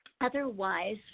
Otherwise